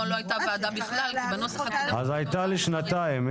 --- אז הייתה לשנתיים.